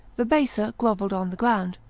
the baser grovelled on the ground,